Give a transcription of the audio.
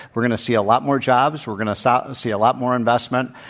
we're going to see a lot more jobs, we're going to see a see a lot more investment,